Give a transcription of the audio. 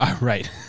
Right